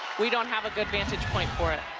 we don't have a good vantage point for it.